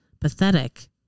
Pathetic